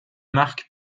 marque